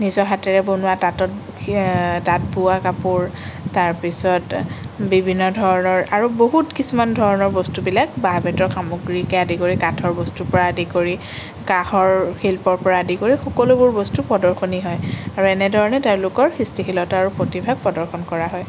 নিজৰ হাতেৰে বনোৱা তাঁতত তাত বোৱা কাপোৰ তাৰপিছত বিভিন্ন ধৰণৰ আৰু বহুত কিছুমান ধৰণৰ বস্তুবিলাক বাঁহ বেতৰ সামগ্ৰীকে আদি কৰি কাঠৰ বস্তুৰ পৰা আদি কৰি কাঁহৰ শিল্পৰ পৰা আদি কৰি সকলোবোৰ বস্তু প্ৰদৰ্শনী হয় আৰু এনেধৰণে তেওঁলোকৰ সৃষ্টিশীলতা আৰু প্ৰতিভা প্ৰদৰ্শন কৰা হয়